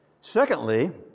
Secondly